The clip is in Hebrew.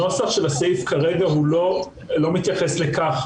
הנוסח של התקנה כרגע לא מתייחס לכך.